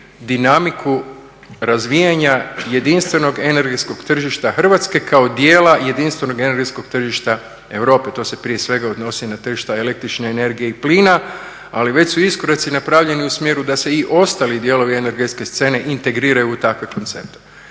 dinamiku razvijanja jedinstvenog energetskog tržišta Hrvatske kao jedinstvenog energetskog tržišta Europe, to se prije svega odnosi na tržišta el.energije i plina. Ali već su iskoraci napravljeni u smjeru da se i ostali dijelovi energetske scene integriraju u takve koncepte.